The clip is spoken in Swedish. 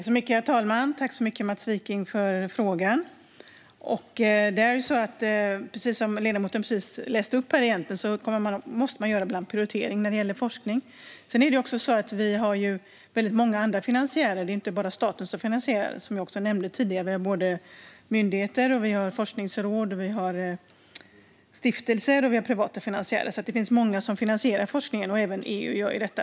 Herr talman! Tack för frågan, Mats Wiking! Precis som ledamoten tog upp måste man ibland göra prioriteringar när det gäller forskning. Vi har också många andra finansiärer - det är inte bara staten som finansierar forskning, utan som jag nämnde tidigare är det myndigheter, forskningsråd, stiftelser och privata finansiärer. Det finns alltså många som finansierar forskningen. Även EU gör det.